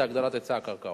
זה הגדלת היצע הקרקעות.